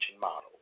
model